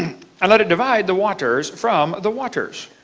and let it divide the waters from the waters.